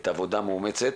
את העבודה המאומצת.